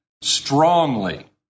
strongly